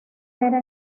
era